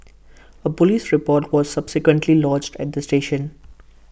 A Police report was subsequently lodged at the station